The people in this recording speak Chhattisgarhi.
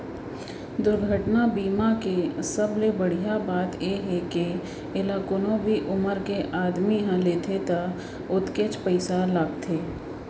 दुरघटना बीमा के सबले बड़िहा बात ए हे के एला कोनो भी उमर के आदमी ह लेथे त ओतकेच पइसा लागथे